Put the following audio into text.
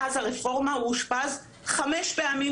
מאז הרפורמה הוא אושפז כבר חמש פעמים,